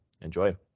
Enjoy